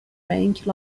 range